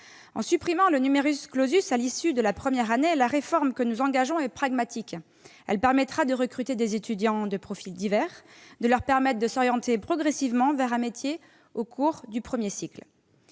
le supprimant à l'issue de la première année, la réforme que nous engageons est pragmatique. Elle permettra de recruter des étudiants de profils divers qui pourront s'orienter progressivement vers un métier au cours du premier cycle.